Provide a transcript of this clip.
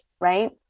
right